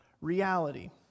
reality